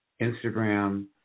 Instagram